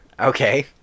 okay